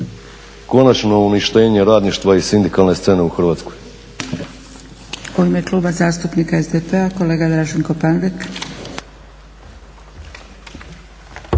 konačno uništenje radništva i sindikalne scene u Hrvatskoj.